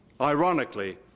Ironically